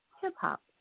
hip-hop